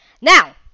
now